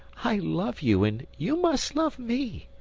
i love you, and you must love me,